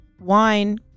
wine